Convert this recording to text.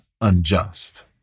unjust